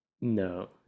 No